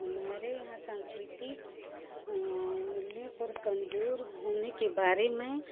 हमारे यहाँ संस्कृतिक मूल्यों पर कमज़ोर होने के बारे